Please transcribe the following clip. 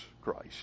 Christ